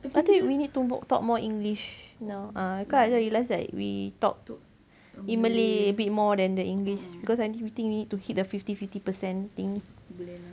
I think we need to book talk more english now err kan I realised that we talk too in malay a bit more than the english because nanti I think we need to hit the fifty fifty percent thing